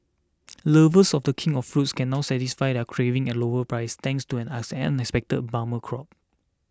lovers of the king of fruits can now satisfy their cravings at lower prices thanks to an expected bumper crop